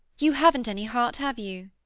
you haven't any heart, have you?